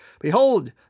Behold